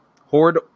horde